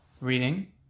reading